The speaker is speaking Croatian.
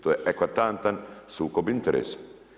To je eklatantan sukob interesa.